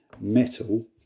metal